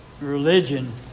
religion